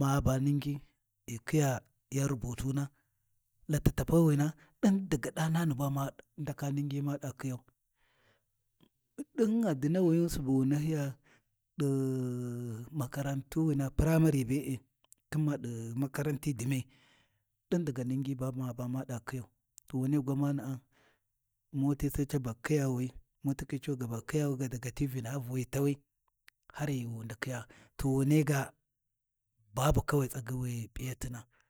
ma baa Ningi ghi khiya yau rubutuna, Litatta paiwina, ɗin dga ɗani ba ma ndaka Ningi ma ɗa khiyau, ɗin gha dinnawini subu wu nahyiya ɗi makaran tu primary be-e khin ma ɗi mkaranti dinyai, ɗin daga Ningi ba ma ba ma ɗa Khiyau, wunai gwamana’a, moti sai caba khiyawi, mutukhi cu gaba khiyawi daga ti Vinauiwi tawi har ghi wi ndakhia. To wunai ga, babu kowai tsagyi wi p’iyatina.